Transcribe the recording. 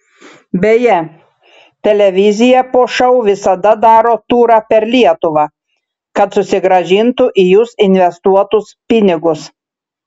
beje televizija po šou visada daro turą per lietuvą kad susigrąžintų į jus investuotus pinigus